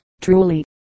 truly